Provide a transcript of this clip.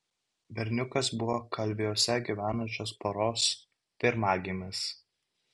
berniukas buvo kalviuose gyvenančios poros pirmagimis